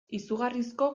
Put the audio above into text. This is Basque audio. izugarrizko